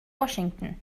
washington